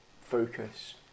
focus